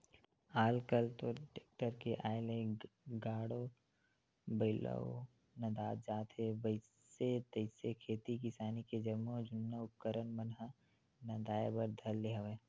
आल कल तो टेक्टर के आय ले गाड़ो बइलवो नंदात जात हे अइसे तइसे खेती किसानी के जम्मो जुन्ना उपकरन मन ह नंदाए बर धर ले हवय